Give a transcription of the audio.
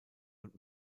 und